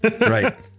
right